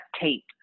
tape